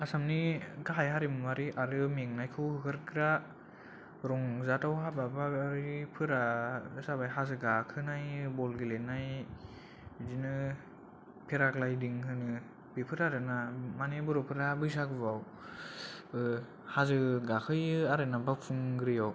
आसामनि गाहाय हारिमुवारि आरो मेंनायखौ होखारग्रा रंजाथाव हाबाफारिफोरा जाबाय हाजो गाखोनाय बल गेलेनाय बिदिनो पेराग्लाइडिं होनो बेफोर आरो ना माने बर' फ्रा बैसागु आव हाजो गाखोयो आरोनो बावखुंग्रिआव